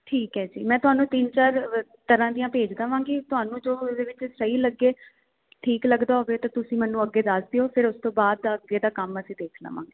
ਠੀਕ ਹੈ ਜੀ ਮੈਂ ਤੁਹਾਨੂੰ ਤਿੰਨ ਚਾਰ ਤਰ੍ਹਾਂ ਦੀਆਂ ਭੇਜ ਦੇਵਾਂਗੀ ਤੁਹਾਨੂੰ ਜੋ ਇਹਦੇ ਵਿੱਚ ਸਹੀ ਲੱਗੇ ਠੀਕ ਲੱਗਦਾ ਹੋਵੇ ਤਾਂ ਤੁਸੀਂ ਮੈਨੂੰ ਅੱਗੇ ਦੱਸ ਦਿਓ ਫਿਰ ਉਸ ਤੋਂ ਬਾਅਦ ਦਾ ਅੱਗੇ ਦਾ ਕੰਮ ਅਸੀਂ ਦੇਖ ਲਵਾਂਗੇ